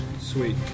Sweet